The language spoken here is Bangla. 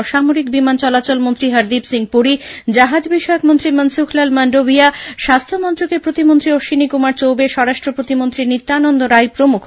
অসামরিক বিমান চলাচলমন্ত্রী হরদীপ সিং পুরী জাহাজ বিষয়ক মন্ত্রী মনসুখলাল মান্ডভিয়া স্বাস্হ্য মন্ত্রকের প্রতিমন্ত্রী অশ্বিনী কুমার চৌবে স্বরাষ্ট্র প্রতিমন্ত্রী নিত্যানন্দ রাই প্রমুখ